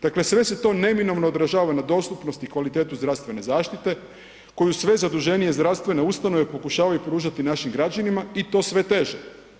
Dakle, sve se to neminovno odražava na dostupnost i kvalitetu zdravstvene zaštite koju sve zaduženije zdravstvene ustanove pokušavaju pružati našim građanima i to sve teže.